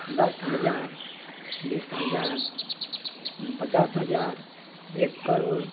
दस हजार बीस हजार पचास हजार एक करोड़